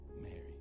Mary